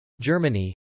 Germany